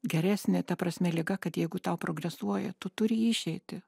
geresnė ta prasme liga kad jeigu tau progresuoja tu turi išeitį